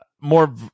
more